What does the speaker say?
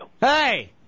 Hey